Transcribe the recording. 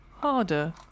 harder